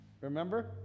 Remember